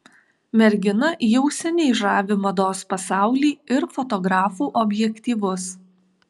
mergina jau seniai žavi mados pasaulį ir fotografų objektyvus